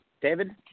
David